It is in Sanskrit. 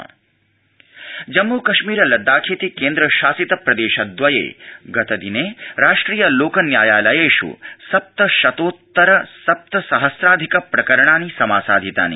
जम्म कश्मीरम जम्मुकश्मीर लद ाखेति केन्द्र शासित प्रपेशदवये गत िने राष्ट्रिय लोक न्यायालयेष् सप्त शतोत्तर सप्तसहस्राधिक प्रकरणानि समासाधितानि